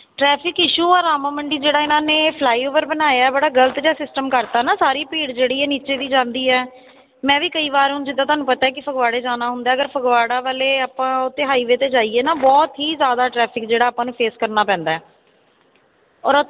traffic issue ਆ ਰਾਮਾ ਮੰਡੀ ਜਿਹੜਾ ਇਹਨਾਂ ਨੇ ਫਲਾਈ ਓਵਰ ਬਣਾਇਆ ਬੜਾ ਗਲਤ ਜਿਹਾ ਸਿਸਟਮ ਕਰਤਾ ਨਾ ਸਾਰੀ ਭੀੜ ਜਿਹੜੀ ਹੈ ਨੀਚੇ ਦੀ ਜਾਂਦੀ ਹੈ ਮੈਂ ਵੀ ਕਈ ਵਾਰ ਹੁਣ ਜਿੱਦਾਂ ਤੁਹਾਨੂੰ ਪਤਾ ਫਗਵਾੜੇ ਜਾਣਾ ਹੁੰਦਾ ਅਗਰ ਫਗਵਾੜਾ ਵਾਲੇ ਆਪਾਂ ਉਹਦੇ 'ਤੇ ਹਾਈਵੇ 'ਤੇ ਜਾਈਏ ਨਾ ਬਹੁਤ ਹੀ ਜ਼ਿਆਦਾ ਟਰੈਫਿਕ ਜਿਹੜਾ ਆਪਾਂ ਨੂੰ ਫੇਸ ਕਰਨਾ ਪੈਂਦਾ ਔਰ